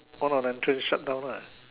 all them trade shut down lah